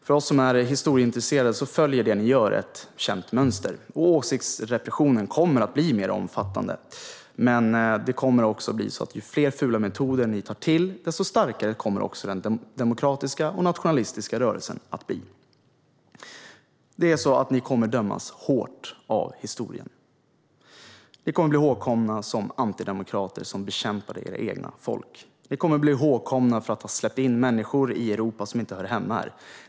För oss som är historieintresserade följer det ni gör ett känt mönster. Åsiktsrepressionen kommer att bli mer omfattande. Men ju fler fula metoder ni tar till, desto starkare kommer den demokratiska och nationalistiska rörelsen att bli. Ni kommer att dömas hårt av historien. Ni kommer att bli ihågkomna som antidemokrater som bekämpade era egna folk. Ni kommer att bli ihågkomna för att ha släppt in människor i Europa som inte hör hemma här.